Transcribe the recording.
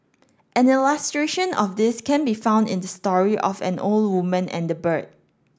an illustration of this can be found in the story of an old woman and the bird